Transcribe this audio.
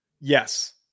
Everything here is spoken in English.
Yes